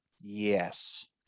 yes